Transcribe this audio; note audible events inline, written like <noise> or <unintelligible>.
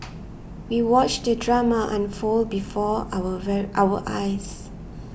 we watched the drama unfold before our <unintelligible> our eyes